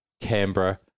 Canberra